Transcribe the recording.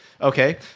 Okay